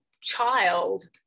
child